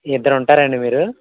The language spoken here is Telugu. ఇద్దరు ఉంటారా అండి మీరు